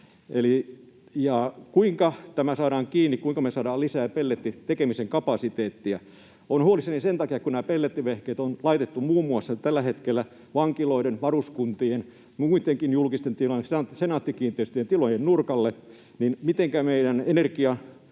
Kuinka tämä saadaan kiinni? Kuinka me saadaan lisää kapasiteettia pellettitekemiseen? Olen huolissani sen takia, kun nämä pellettivehkeet on laitettu tällä hetkellä muun muassa vankiloiden, varuskuntien, muittenkin julkisten tilojen, Senaatti-kiinteistöjen tilojen nurkalle. Mitenkä meidän